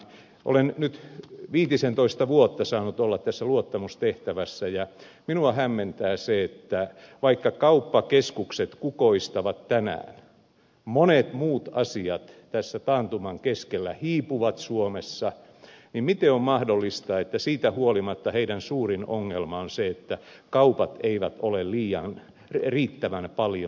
olen nyt viitisentoista vuotta saanut olla tässä luottamustehtävässä ja minua hämmentää se että kun kauppakeskukset kukoistavat tänään mutta monet muut asiat tässä taantuman keskellä hiipuvat suomessa niin miten on mahdollista että siitä huolimatta niiden suurin ongelma on se että kaupat eivät ole riittävän paljon auki